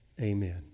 Amen